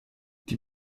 die